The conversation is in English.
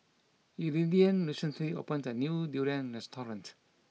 Iridian recently opened a new Durian restaurant